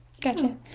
gotcha